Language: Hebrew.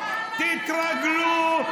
תתרגלו,